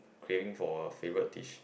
craving for a favorite dish